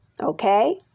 Okay